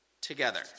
together